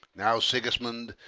now, sigismund,